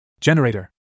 Generator